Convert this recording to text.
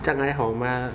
这样才好吗